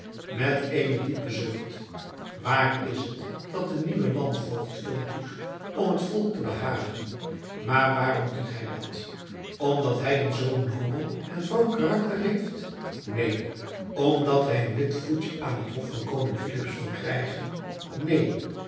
met eenen diepen zucht waar is het dat de nieuwe landvoogd veel doet om het volk te behagen maar waarom doet hij dat omdat hij een zoo nobel en vroom karakter heeft neen omdat hij een wit voetje aan het hof van koning filips wil krijgen neen